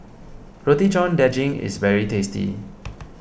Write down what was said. Roti John Daging is very tasty